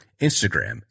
Instagram